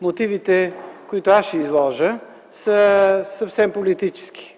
Мотивите, които ще изложа, са политически.